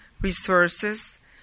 resources